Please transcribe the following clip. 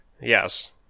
Yes